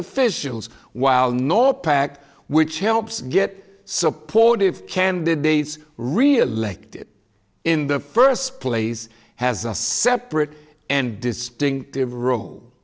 officials while nor pac which helps get supportive candidates reelected in the first place has a separate and distinct